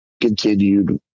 continued